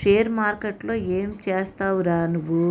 Share మార్కెట్లో ఏం పనిచేస్తావురా నువ్వు?